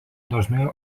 dažnai